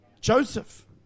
Joseph